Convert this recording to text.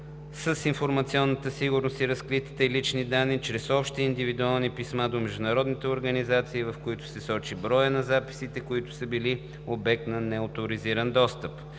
с информационната сигурност и разкритите лични данни чрез общи и индивидуални писма до международни организации, в които се сочи броят на записите, които са били обект на неоторизиран достъп.